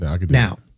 Now